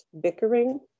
bickering